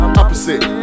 opposite